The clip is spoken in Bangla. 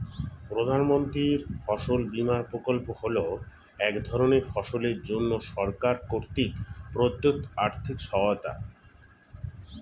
প্রধানমন্ত্রীর ফসল বিমা প্রকল্প হল এক ধরনের ফসলের জন্য সরকার কর্তৃক প্রদত্ত আর্থিক সহায়তা